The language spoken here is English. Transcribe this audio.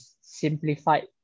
simplified